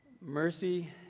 Mercy